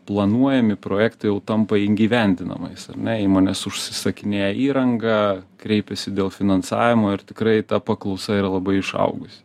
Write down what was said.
planuojami projektai jau tampa įgyvendinamais ar ne įmonės užsisakinėja įrangą kreipiasi dėl finansavimo ir tikrai ta paklausa yra labai išaugusi